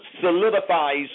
solidifies